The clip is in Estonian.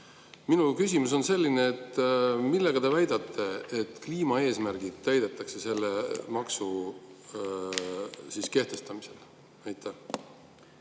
Minu küsimus on selline, et mille põhjal te väidate, et kliimaeesmärgid täidetakse selle maksu kehtestamisega.